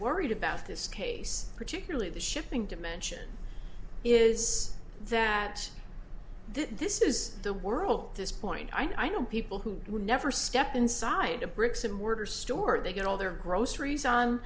worried about this case particularly the shipping dimension is that this is the world this point i know people who will never step inside a bricks and mortar store they get all their groceries on